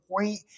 point